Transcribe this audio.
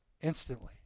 Instantly